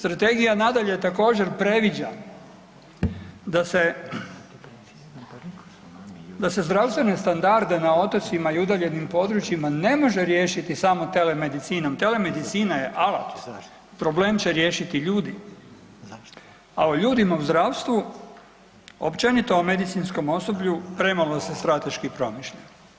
Strategija nadalje također previđa da se, da se zdravstvene standarde na otocima i udaljenim područjima ne može riješiti samo telemedicinom, telemedicina je alat, problem će riješiti ljudi, a o ljudima u zdravstvu, općenito o medicinskom osoblju premalo se strateški promišlja.